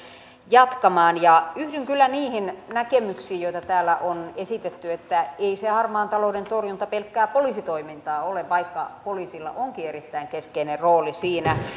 jatkamaan yhdyn kyllä niihin näkemyksiin joita täällä on esitetty että ei se harmaan talouden torjunta pelkkää poliisitoimintaa ole vaikka poliisilla onkin erittäin keskeinen rooli siinä